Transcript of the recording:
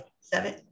Seven